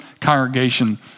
congregation